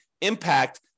impact